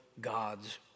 God's